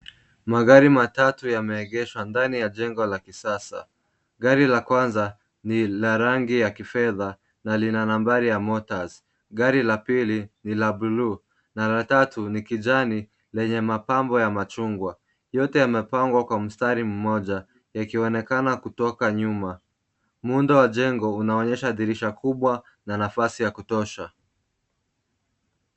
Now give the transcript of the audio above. Magari matatu yameegesha ndani ya jengo la kisasa, gari la kwanza ni la rangi ya kifedha na lina nambari ya motars gari la pili, ni la bluu na la tatu ni kijani lenye mapambo ya machungwa. Yote yamepangwa kwa mstari mmoja, yakiwonekana kutoka nyuma. Muundo wa jengo unaonyesha dirisha kubwa na nafasi ya kutosha.